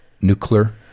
nuclear